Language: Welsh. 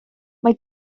mae